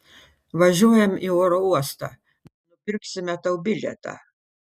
važiuojam į oro uostą nupirksime tau bilietą